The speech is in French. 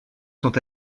sont